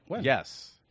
Yes